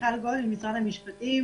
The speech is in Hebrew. מיכל גולד, ממשרד המשפטים.